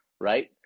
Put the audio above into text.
Right